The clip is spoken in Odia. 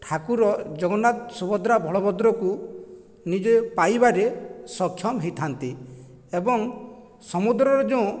ଠାକୁର ଜଗନ୍ନାଥ ସୁଭଦ୍ରା ବଳଭଦ୍ରକୁ ନିଜେ ପାଇବାରେ ସକ୍ଷମ ହୋଇଥାନ୍ତି ଏବଂ ସମୁଦ୍ରରେ ଯେଉଁ